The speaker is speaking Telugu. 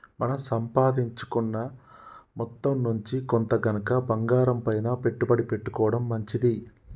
మన సంపాదించుకున్న మొత్తం నుంచి కొంత గనక బంగారంపైన పెట్టుబడి పెట్టుకోడం మంచిది